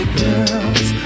girls